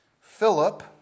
Philip